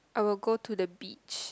I will go to the beach